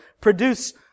produce